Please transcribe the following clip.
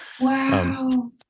wow